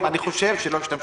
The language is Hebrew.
אחרי סעיף קטן (ב) יבוא: "(ב)(1)